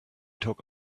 took